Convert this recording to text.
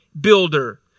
builder